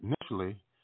initially